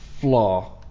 Flaw